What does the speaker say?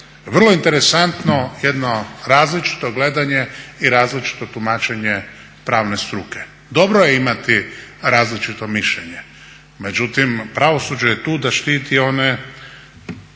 vrlo interesantno jedno različito gledanje i različito tumačenje pravne struke. Dobro je imati različito mišljenje, međutim pravosuđe je tu da štiti one